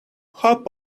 hop